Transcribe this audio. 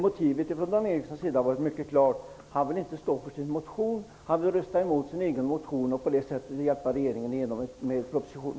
Motivet från hans sida är därmed mycket klart: Han vill inte stå för sin motion, utan han vill rösta emot denna för att på det sättet hjälpa regeringen att få igenom sin proposition.